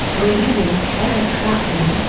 duane eddy, eric clapton,